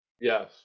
yes